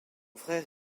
frère